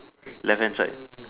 left hand side